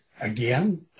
again